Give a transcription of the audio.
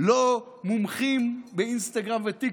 לא מומחים באינסטגרם וטיקטוק.